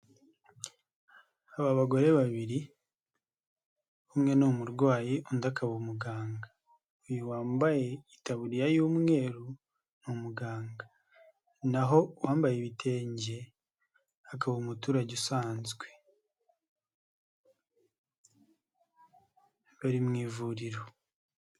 Aba bagore babiri umwe n'umurwayi undi akaba umuganga, uyu wambaye itaburiya y'umweru ni umuganga, naho uwambaye ibitenge akaba umuturage usanzwe, bari mu ivuriro.